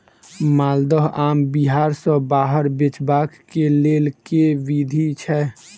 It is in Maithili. माल्दह आम बिहार सऽ बाहर बेचबाक केँ लेल केँ विधि छैय?